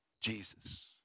Jesus